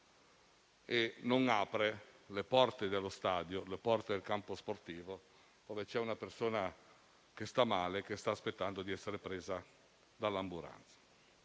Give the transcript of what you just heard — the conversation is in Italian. e non apre le porte dello stadio, del campo sportivo, dove una persona sta male e sta aspettando di essere soccorsa dall'ambulanza.